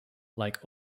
like